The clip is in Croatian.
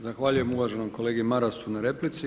Zahvaljujem uvaženom kolegi Marasu na replici.